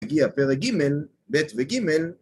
‫הגיע פרק ג', ב' וג',